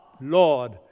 Lord